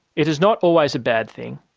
it is not always a bad thing